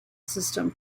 system